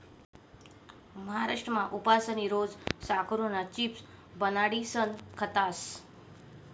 महाराष्ट्रमा उपासनी रोज साकरुना चिप्स बनाडीसन खातस